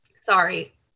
sorry